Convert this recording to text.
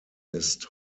ist